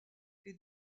est